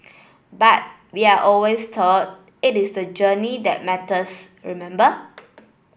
but we are always told it is the journey that matters remember